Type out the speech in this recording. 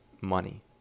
money